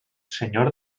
senyor